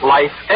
Life